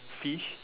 fish